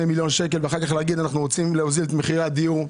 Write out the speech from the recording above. מיליון שקל ואחר כך נגיד שאנחנו רוצים להוזיל את מחירי הדיור.